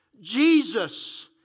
Jesus